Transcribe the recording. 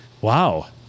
Wow